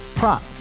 Prop